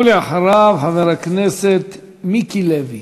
ולאחריו, חבר הכנסת מיקי לוי.